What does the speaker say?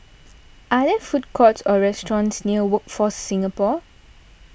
are there food courts or restaurants near Workforce Singapore